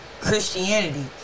Christianity